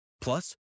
Plus